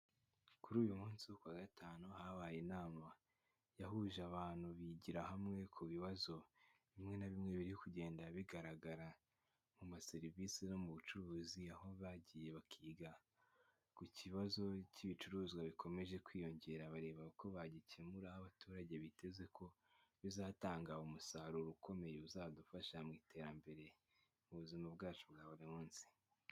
Kuri uyu munsi ku wa gatanu, habaye inama yahuje abantu bigira hamwe ku bibazo bimwe na bimwe biri kugenda bigaragara mu ma serivisi yo mu bucuruzi, aho bagiye bakiga ku kibazo cy'ibicuruzwa bikomeje kwiyongera, bareba uko bagikemura abaturage biteze ko bizatanga umusaruro ukomeye uzadufasha mu iterambere mu buzima bwacu bwa buri munsi.